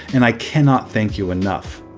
and i cannot thank you enough.